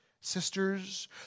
sisters